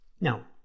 Now